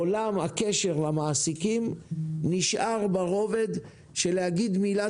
עולם הקשר למעסיקים נשאר ברובד של להגיד מילה